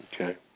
Okay